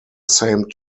same